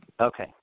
Okay